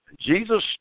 Jesus